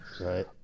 Right